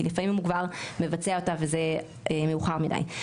כי לפעמים הוא כבר מבצע אותה וזה מאוחר מידי.